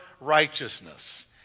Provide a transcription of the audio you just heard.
righteousness